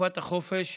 בתקופת החופש.